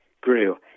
grew